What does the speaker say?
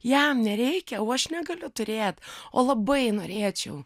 jam nereikia o aš negaliu turėt o labai norėčiau